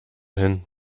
hin